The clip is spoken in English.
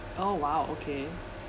oh !wow! okay